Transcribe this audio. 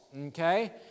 okay